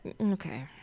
okay